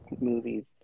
movies